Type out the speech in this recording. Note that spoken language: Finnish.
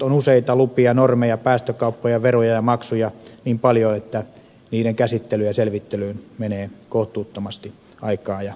on useita lupia normeja päästökauppoja veroja ja maksuja niin paljon että niiden käsittelyyn ja selvittelyyn menee kohtuuttomasti aikaa ja vaivaa